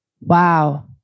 Wow